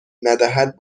ندهد